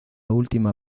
última